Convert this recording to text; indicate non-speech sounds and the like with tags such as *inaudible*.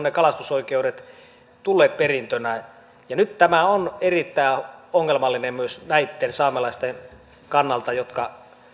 *unintelligible* ne kalastusoikeudet ovat tulleet perintönä nyt tämä on erittäin ongelmallinen myös näitten saamelaisten kannalta jotka